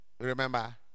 Remember